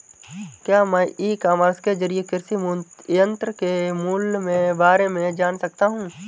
क्या मैं e commerce के ज़रिए कृषि यंत्र के मूल्य में बारे में जान सकता हूँ?